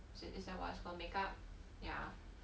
is is that right for make up ya